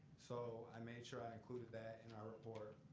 so, i made sure i included that in our report.